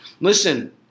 Listen